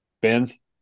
Benz